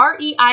REI